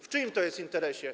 W czyim to jest interesie?